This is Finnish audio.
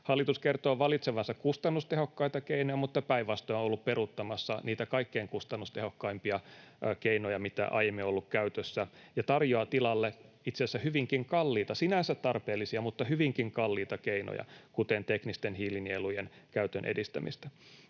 Hallitus kertoo valitsevansa kustannustehokkaita keinoja mutta päinvastoin on ollut peruuttamassa niitä kaikkein kustannustehokkaimpia keinoja, mitä aiemmin on ollut käytössä, ja tarjoaa tilalle itse asiassa hyvinkin kalliita — sinänsä tarpeellisia mutta hyvinkin kalliita — keinoja, kuten teknisten hiilinielujen käytön edistämistä.